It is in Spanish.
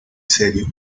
serio